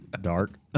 dark